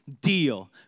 deal